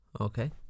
Okay